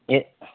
எ